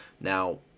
Now